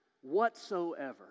whatsoever